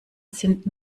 sind